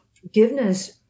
forgiveness